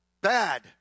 bad